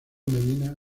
medina